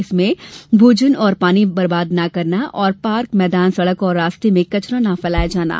इनमें भोजन और पानी बर्बाद न करना और पार्क मैदान सड़क व रास्ते में कचरा न फैलाया जाये